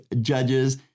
judges